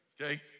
okay